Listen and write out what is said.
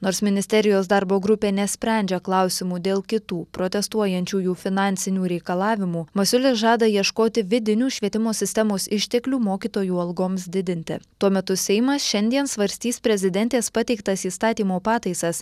nors ministerijos darbo grupė nesprendžia klausimų dėl kitų protestuojančiųjų finansinių reikalavimų masiulis žada ieškoti vidinių švietimo sistemos išteklių mokytojų algoms didinti tuo metu seimas šiandien svarstys prezidentės pateiktas įstatymo pataisas